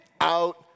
out